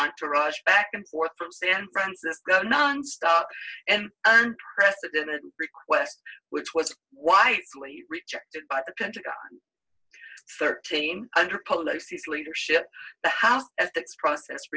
entourage back and forth from san francisco nonstop and unprecedented request which was why i rejected by the pentagon thirteen hundred policies leadership the house ethics process